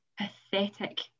pathetic